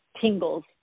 tingles